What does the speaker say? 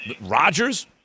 Rodgers